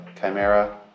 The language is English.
Chimera